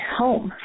home